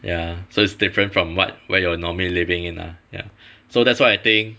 ya so it's different from what where you're normally living in ah ya so that's why I think